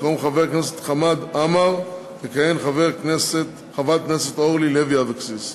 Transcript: במקום חבר הכנסת חמד עמאר תכהן חברת הכנסת אורלי לוי אבקסיס,